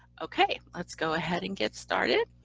okay. let's go ahead and get started.